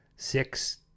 Six